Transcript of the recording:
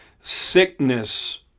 sickness